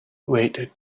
wait